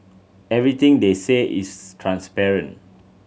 everything they say is transparent